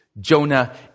Jonah